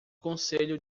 conselho